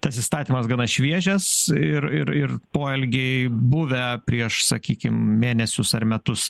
tas įstatymas gana šviežias ir ir ir poelgiai buvę prieš sakykim mėnesius ar metus